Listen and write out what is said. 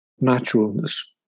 naturalness